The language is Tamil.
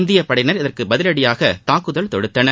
இந்தியப் படையினர் இதற்கு பதிலடியாக தாக்குதல் தொடுத்தனர்